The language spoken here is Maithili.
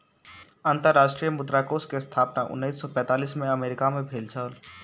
अंतर्राष्ट्रीय मुद्रा कोष के स्थापना उन्नैस सौ पैंतालीस में अमेरिका मे भेल छल